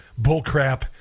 bullcrap